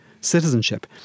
citizenship